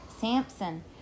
Samson